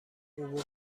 عبور